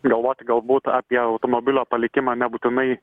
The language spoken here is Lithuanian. galvoti galbūt apie automobilio palikimą nebūtinai